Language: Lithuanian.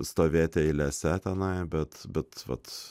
stovėti eilėse tenai bet bet vat